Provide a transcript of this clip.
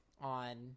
on